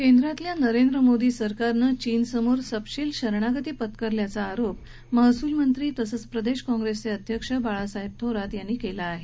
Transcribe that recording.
केंद्रातल्या नरेंद्र मोदी सरकारनं चीनसमोर सपशेल शरणागती पत्करल्याचा आरोप महसूलमंत्री तसंच प्रदेश कॉंग्रेसचे अध्यक्ष बाळासाहेब थोरात यांनी केला आहे